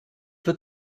wird